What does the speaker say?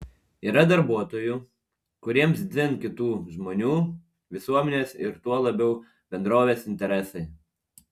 yra darbuotojų kuriems dzin kitų žmonių visuomenės ir tuo labiau bendrovės interesai